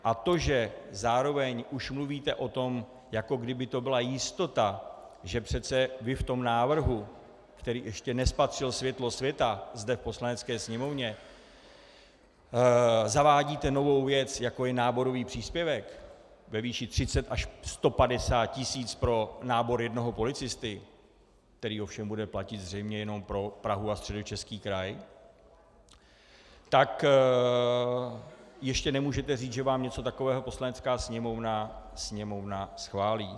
A to, že zároveň už mluvíte o tom, jako kdyby to byla jistota, že přece vy v tom návrhu, který ještě nespatřil světlo světa zde v Poslanecké sněmovně, zavádíte novou věc, jako je náborový příspěvek ve výši 30 až 150 tisíc pro nábor jednoho policisty který ovšem bude platit zřejmě jenom pro Prahu a Středočeský kraj , tak ještě nemůžete říct, že vám něco takového Poslanecká sněmovna schválí.